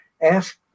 ask